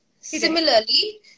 Similarly